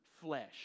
flesh